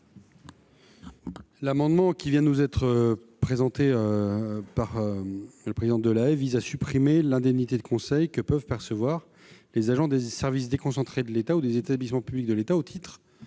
L'amendement présenté par M. Delahaye vise à supprimer l'indemnité de conseil que peuvent percevoir les agents des services déconcentrés de l'État ou des établissements publics de l'État au titre